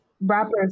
rappers